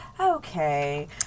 okay